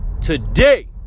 today